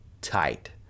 tight